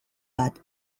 bat